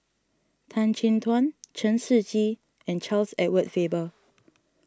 Tan Chin Tuan Chen Shiji and Charles Edward Faber